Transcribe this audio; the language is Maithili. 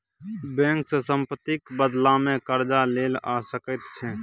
बैंक सँ सम्पत्तिक बदलामे कर्जा लेल जा सकैत छै